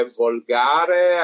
volgare